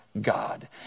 God